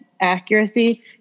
accuracy